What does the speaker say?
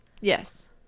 yes